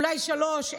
אולי שלושה,